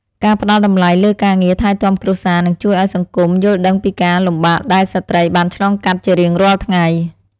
ការផ្តល់តម្លៃលើការងារថែទាំគ្រួសារនឹងជួយឱ្យសង្គមយល់ដឹងពីការលំបាកដែលស្ត្រីបានឆ្លងកាត់ជារៀងរាល់ថ្ងៃ។